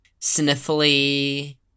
sniffly